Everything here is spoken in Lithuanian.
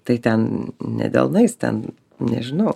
tai ten ne delnais ten nežinau